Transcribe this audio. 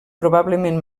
probablement